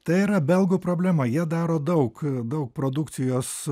tai yra belgų problema jie daro daug daug produkcijos